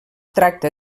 tracta